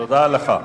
תודה לך.